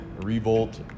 revolt